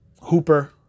Hooper